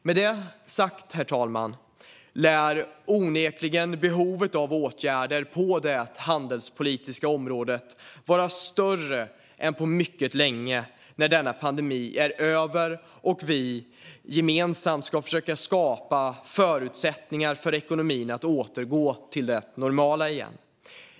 Med det sagt, herr talman, lär onekligen behovet av åtgärder på det handelspolitiska området vara större än på mycket länge när denna pandemi är över och vi gemensamt ska försöka skapa förutsättningar för ekonomin att återgå till det normala igen.